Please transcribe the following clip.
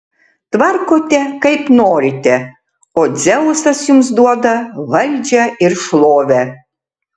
tvarkote kaip norite o dzeusas jums duoda valdžią ir šlovę